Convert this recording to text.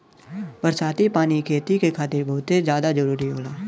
बरसाती पानी खेती के खातिर बहुते जादा जरूरी होला